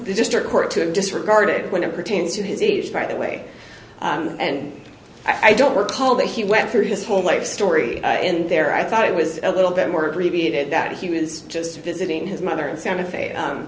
the district court to disregard when it pertains to his age by the way and i don't recall that he went for his whole life story in there i thought it was a little bit more repeated that he was just visiting his mother in santa fe